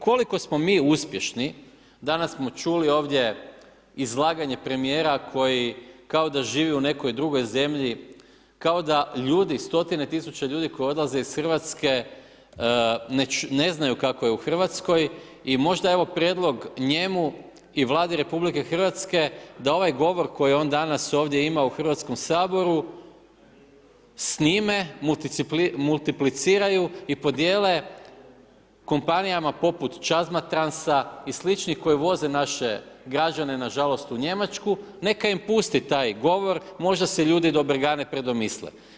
Koliko smo mi uspješni, danas smo čuli ovdje izlaganje premijera koji kao da živi u nekoj drugoj zemlji, kao da ljudi 100 tisuća ljudi koji odlaze iz Hrvatske ne znaju kako je u Hrvatskoj i možda evo prijedlog njemu i Vladi RH da ovaj govor koji je on danas ovdje imao u Hrvatskom saboru snime, multipliciraju i podijele kompanijama poput Čazmatransa i sl. koji voze naše građane nažalost u Njemačku, neka im pusti taj govor možda se ljudi do Bregane predomisle.